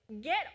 get